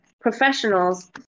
professionals